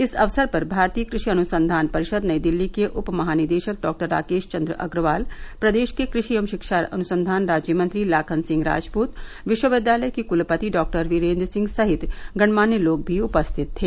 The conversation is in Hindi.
इस अवसर पर भारतीय कृषि अनुसंधान परिषद नई दिल्ली के उप महानिदेशक डॉक्टर राकेश चन्द्र अग्रवाल प्रदेश के कृषि एवं शिक्षा अनुसंधान राज्य मंत्री लाखन सिंह राजपूत विश्वविद्यालय के क्लपति डॉक्टर वीरेन्द्र सिंह सहित गण्यमान्य लोग भी उपस्थित थे